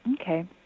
Okay